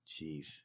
Jeez